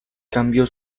cambió